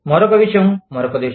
మరొక విషయం మరొక దేశం